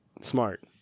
smart